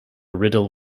riddle